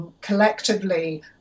collectively